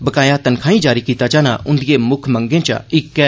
बकाया तन्खाहीं जारी कीता जाना उंदिएं मुक्ख मंगें चा इक्क ऐ